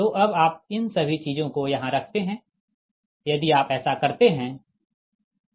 तो अब आप इन सभी चीजों को यहाँ रखते है यदि आप ऐसा करते है